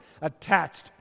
attached